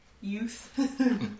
youth